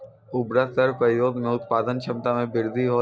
उर्वरक केरो प्रयोग सें उत्पादन क्षमता मे वृद्धि होलय